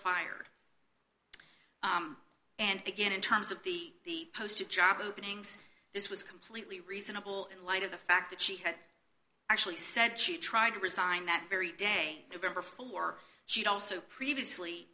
fired and again in terms of the posted job openings this was completely reasonable in light of the fact that she had actually said she tried to resign that very day november for she also previously